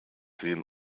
zehn